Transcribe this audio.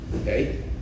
Okay